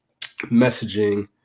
messaging